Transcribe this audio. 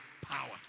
power